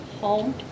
Home